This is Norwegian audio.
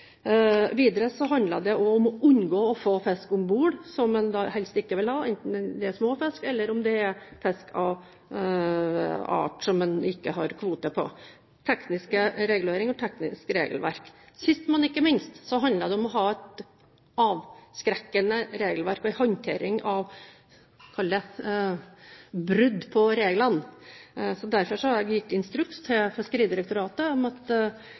Videre handler det også om å unngå å få fisk om bord som man helst ikke vil ha, enten det er småfisk eller om det er fisk av en art man ikke har kvote på, dvs. tekniske reguleringer og teknisk regelverk. Sist, men ikke minst, handler det om å ha et avskrekkende regelverk for håndtering av – vi kan kalle det – brudd på reglene. Derfor har jeg gitt instruks til Fiskeridirektoratet om at